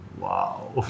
Wow